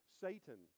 Satan